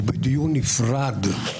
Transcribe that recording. ובדיון נפרד.